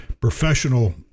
professional